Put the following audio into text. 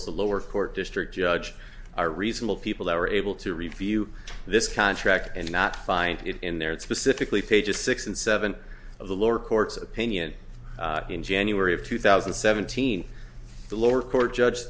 as the lower court district judge are reasonable people are able to review this contract and not find it in their specifically pages six and seven of the lower court's opinion in january of two thousand and seventeen the lower court judge